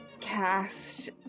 cast